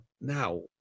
Now